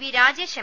V Rajesh M